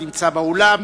הנמצא באולם,